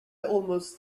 almost